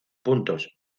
puntos